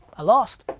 i lost.